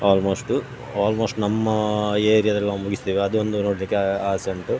almost almost ನಮ್ಮ ಏರಿಯದಲ್ಲಿ ನಾವು ಮುಗಿಸಿದ್ದೇವೆ ಅದೊಂದು ನೋಡಲಿಕ್ಕೆ ಆಸೆ ಉಂಟು